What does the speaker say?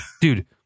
Dude